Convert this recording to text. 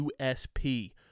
USP